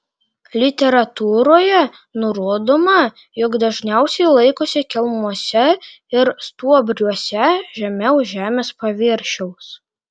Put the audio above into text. literatūroje nurodoma jog dažniausiai laikosi kelmuose ir stuobriuose žemiau žemės paviršiaus